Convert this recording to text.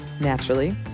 naturally